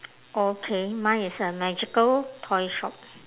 okay mine is a magical toy shop